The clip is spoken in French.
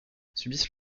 subissent